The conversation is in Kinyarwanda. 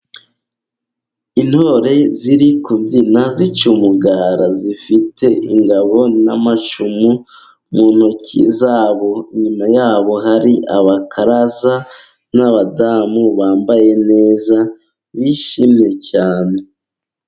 Intore ziri kubyina zica umugara. Zifite ingabo n'amacumu mu ntoki zabo. Inyuma yabo hari abakaraza n'abadamu bambaye neza bishimye cyane.